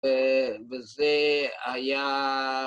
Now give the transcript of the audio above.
וזה היה....